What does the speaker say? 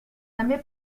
també